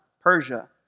Persia